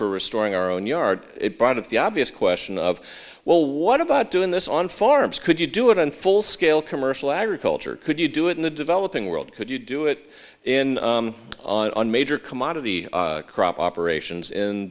for restoring our own yard it brought up the obvious question of well what about doing this on farms could you do it on full scale commercial agriculture could you do it in the developing world could you do it in on major commodity crop operations in